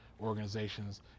organizations